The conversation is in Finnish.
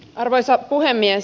arvoisa puhemies